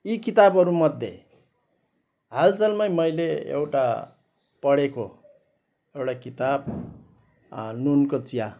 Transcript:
यी किताबहरूमध्ये हालचालमै मैले एउटा पढेको एउटा किताब नुनको चिया